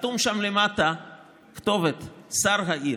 חתומה שם למטה הכתובת: שר העיר.